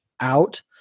out